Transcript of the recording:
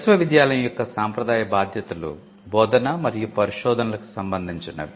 విశ్వవిద్యాలయం యొక్క సాంప్రదాయ బాధ్యతలు బోధన మరియు పరిశోధనలకు సంబంధించినవి